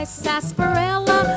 sarsaparilla